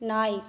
நாய்